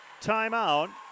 timeout